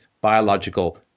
biological